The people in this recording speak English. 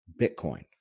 Bitcoin